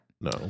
No